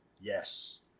Yes